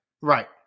Right